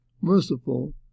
merciful